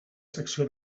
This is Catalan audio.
secció